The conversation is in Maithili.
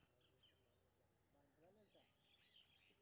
मखानक पौधा पर कीटक लेल कोन दवा निक होयत अछि?